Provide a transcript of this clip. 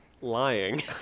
lying